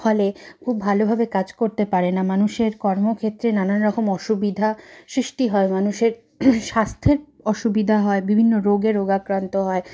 ফলে খুব ভালোভাবে কাজ করতে পারে না মানুষের কর্মক্ষেত্রে নানানরকম অসুবিধা সৃষ্টি হয় মানুষের স্বাস্থ্যের অসুবিধা হয় বিভিন্ন রোগে রোগাক্রান্ত হয়